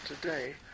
today